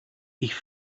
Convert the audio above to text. ich